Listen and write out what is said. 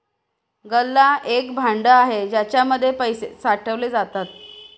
गल्ला एक भांड आहे ज्याच्या मध्ये पैसे साठवले जातात